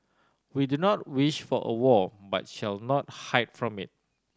we do not wish for a war but shall not hide from it